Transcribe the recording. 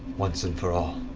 once and for all.